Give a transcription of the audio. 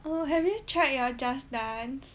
oh you have you tried your just dance